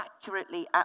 accurately